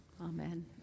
Amen